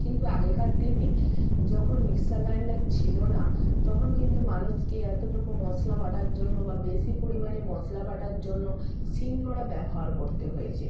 কিন্তু আগেকার দিনে যখন মিক্সার গ্রাইন্ডার ছিল না তখন কিন্তু মানুষকে এতটুকু মশলা বাটার জন্য বা বেশি পরিমাণে মশলা বাটার জন্য শিল নোড়া ব্যবহার করতে হয়েছে